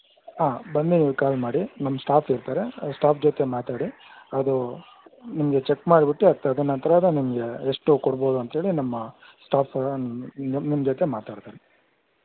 ಹಾಂ ಬಂದಮೇಲೆ ನೀವು ಕಾಲ್ ಮಾಡಿ ನಮ್ಮ ಸ್ಟಾಫ್ ಇರ್ತಾರೆ ಅಲ್ಲಿ ಸ್ಟಾಫ್ ಜೊತೆ ಮಾತಾಡಿ ಅದು ನಿಮಗೆ ಚೆಕ್ ಮಾಡಿಬಿಟ್ಟು ಅದು ತದ ನಂತ್ರಾನೇ ನಿಮಗೆ ಎಷ್ಟು ಕೊಡಬೌದು ಅಂತ ಹೇಳಿ ನಮ್ಮ ಸ್ಟಾಫ್ ನಿ ನಿಮ್ಮ ಜೊತೆ ಮಾತಾಡ್ತಾರೆ